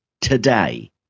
today